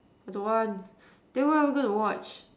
I don't want then what are we going to watch